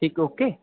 ठीक ओके